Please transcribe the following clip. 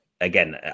Again